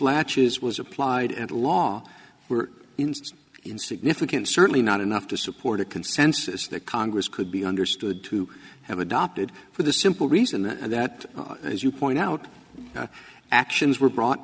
latches was applied at law were in significant certainly not enough to support a consensus that congress could be understood to have adopted for the simple reason that that as you point out actions were brought